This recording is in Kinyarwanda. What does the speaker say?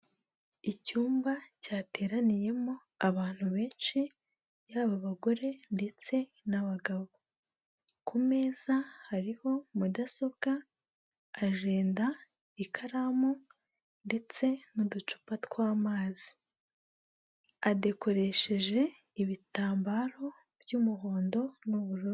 Icyumba cyateraniyemo abantu benshi, yaba abagore ndetse n'abagabo, ku meza hariho mudasobwa, ajenda, ikaramu ndetse n'uducupa tw'amazi, hadekoresheje ibitambaro by'umuhondo n'ubururu.